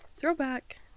throwback